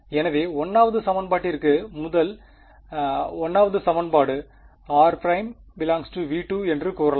எனவே 1 வது சமன்பாட்டிற்கு முதல் 1 வது சமன்பாடு r′∈V2 என்று கூறலாம்